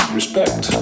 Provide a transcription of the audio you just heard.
respect